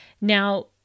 Now